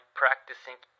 practicing